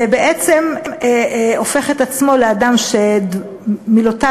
ובעצם הופך את עצמו לאדם שמילותיו,